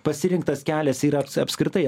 pasirinktas kelias yra apskritai